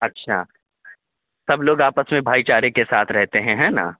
اچھا سب لوگ آپس میں بھائی چارے کے ساتھ رہتے ہیں نا